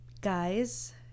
guys